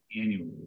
annually